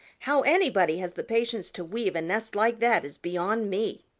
how anybody has the patience to weave a nest like that is beyond me.